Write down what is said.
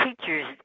teachers